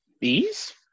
bees